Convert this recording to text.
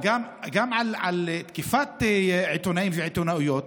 אבל גם על תקיפת עיתונאים ועיתונאיות,